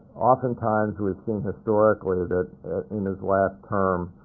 oftentimes, we've seen historically that in his last term,